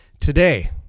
Today